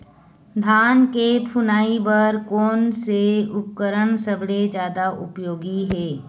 धान के फुनाई बर कोन से उपकरण सबले जादा उपयोगी हे?